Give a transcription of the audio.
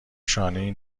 شانهای